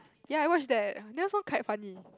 ya I watch that this one quite funny